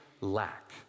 lack